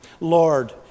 Lord